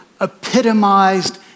epitomized